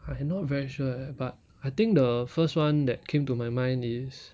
I am not very sure eh but I think the first [one] that came to my mind is